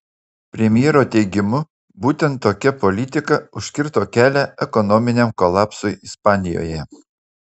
premjero teigimu būtent tokia politika užkirto kelią ekonominiam kolapsui ispanijoje